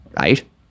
right